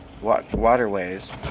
waterways